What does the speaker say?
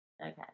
Okay